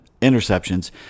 interceptions